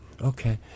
Okay